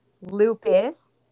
lupus